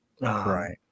Right